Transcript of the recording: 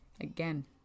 again